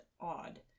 odd